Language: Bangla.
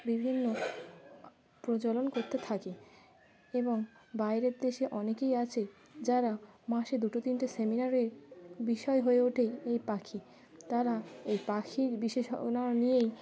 বিভিন্ন প্রচলন করতে থাকে এবং বাইরের দেশে অনেকেই আছে যারা মাসে দুটো তিনটে সেমিনারের বিষয় হয়ে ওঠে এই পাখি তারা এই পাখির নিয়েই